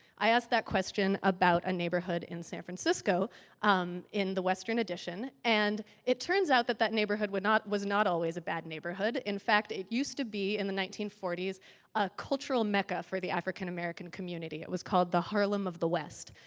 i asked that question about a neighborhood in san francisco um in the western addition. and it turns out that that neighborhood was not always a bad neighborhood. in fact, it used to be in the nineteen forty s a cultural mecca for the african-american community. it was called the harlem of the west.